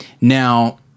now